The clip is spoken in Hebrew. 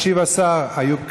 ישיב השר איוב קרא.